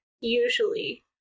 usually